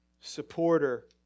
Supporter